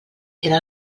era